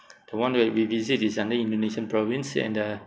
the one when we visit is under indonesian provinces and uh